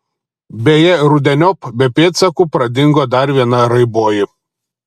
beje rudeniop be pėdsakų pradingo dar viena raiboji